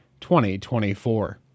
2024